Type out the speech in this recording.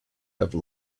have